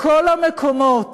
בכל המקומות